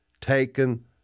taken